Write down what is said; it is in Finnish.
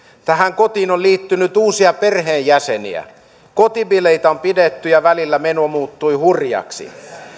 tähän kotiin on liittynyt uusia perheenjäseniä kotibileitä on pidetty ja välillä meno muuttui hurjaksi